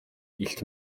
илт